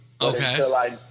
Okay